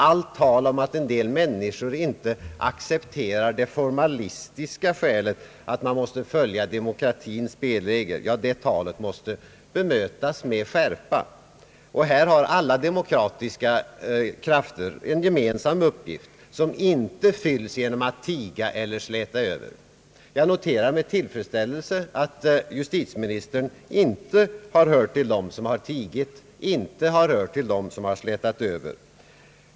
Allt tal om att en del människor inte accepterar det formalistiska skälet, att man måste följa demokratins spelregler, måste bemötas med skärpa. Här har alla demokratiska krafter en gemensam uppgift som inte fylls genom att man tiger eller slätår över. Jag noterar med tillfredsställelse att justitieministern inte har hört till dem som har tegat och inte till dem som har slätat över.